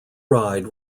ride